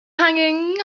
hanging